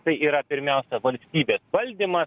tai yra pirmiausia valstybės valdymas